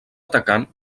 atacant